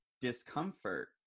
discomfort